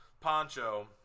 Poncho